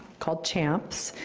called champs.